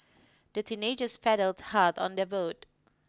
the teenagers paddled hard on their boat